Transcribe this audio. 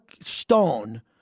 Stone